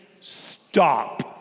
stop